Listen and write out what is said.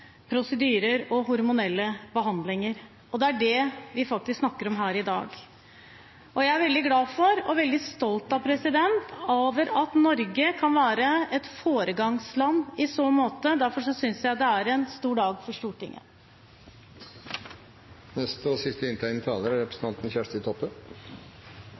prosedyrer og hormonelle behandlinger. Det er det vi faktisk snakker om her i dag. Jeg er veldig glad for – og veldig stolt over – at Norge kan være et foregangsland i så måte. Derfor synes jeg det er en stor dag for Stortinget.